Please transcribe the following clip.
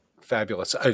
Fabulous